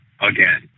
again